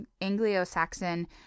Anglo-Saxon